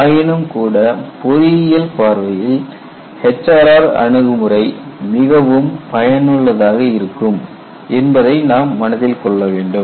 ஆயினும்கூட பொறியியல் பார்வையில் HRR அணுகுமுறை மிகவும் பயனுள்ளதாக இருக்கும் என்பதை நாம் மனதில் கொள்ள வேண்டும்